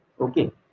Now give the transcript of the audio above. okay